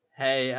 hey